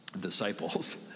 Disciples